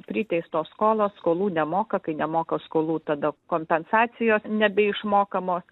priteistos skolos skolų nemoka kai nemoka skolų tada kompensacijos nebeišmokamos